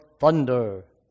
thunder